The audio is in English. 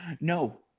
No